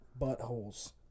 buttholes